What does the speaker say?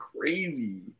crazy